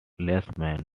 replacements